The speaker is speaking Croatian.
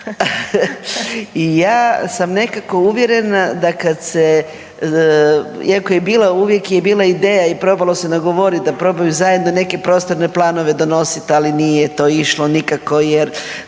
I ja sam nekako uvjerena da kad se, iako je bila uvijek ideja i probalo se nagovoriti da probaju zajedno neke prostorne planove donositi ali nije to išlo nikako jer